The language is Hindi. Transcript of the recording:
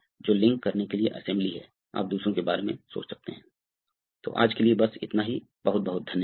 अतः यह हमें पाठ 28 के अंत तक लाता है बहुत बहुत धन्यवाद